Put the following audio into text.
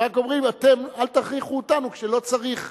הם רק אומרים: אתם אל תכריחו אותנו כשלא צריך